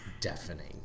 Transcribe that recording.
deafening